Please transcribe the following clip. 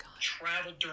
traveled